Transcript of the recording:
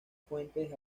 fuentes